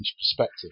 perspective